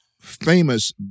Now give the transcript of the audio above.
famous